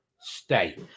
Stay